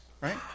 right